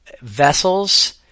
vessels